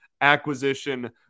acquisition